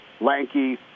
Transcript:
lanky